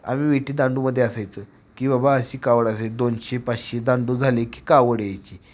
आम्ही विटीदांडूमध्ये असायचं की बाबा अशी कावड असायला दोनशे पाचशे दांडू झाले की कावड यायची